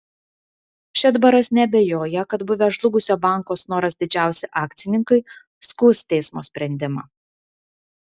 šedbaras neabejoja kad buvę žlugusio banko snoras didžiausi akcininkai skųs teismo sprendimą